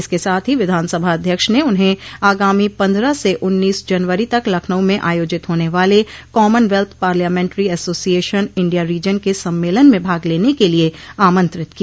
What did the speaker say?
इसके साथ ही विधानसभा अध्यक्ष ने उन्हें आगामी पन्द्रह से उन्नीस जनवरी तक लखनऊ में आयोजित होने वाले commonwealth parliamentary association India region के सम्मेलन में भाग लेने के लिये आमंत्रित किया